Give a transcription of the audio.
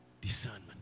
Discernment